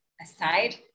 aside